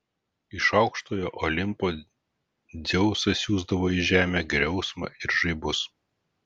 iš aukštojo olimpo dzeusas siųsdavo į žemę griausmą ir žaibus